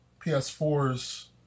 PS4's